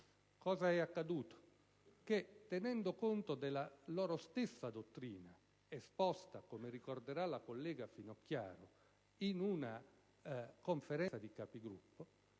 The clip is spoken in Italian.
Cosa è accaduto? Tenendo conto della loro stessa dottrina, esposta - come ricorderà la collega Finocchiaro - in una Conferenza dei Capigruppo,